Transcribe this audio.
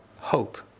Hope